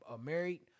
married